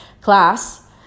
class